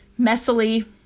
messily